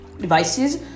devices